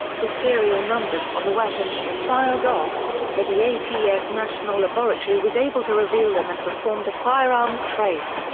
the serial numbers on the weapons were filed off, but the atf national laboratory was able to reveal them and performed a firearms trace.